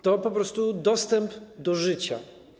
To po prostu dostęp do życia.